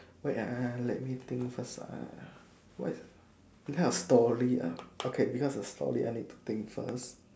wait ah let me think first ah what is what kind of story uh okay because is story I need to think first